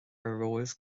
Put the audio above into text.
romhaibh